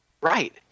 Right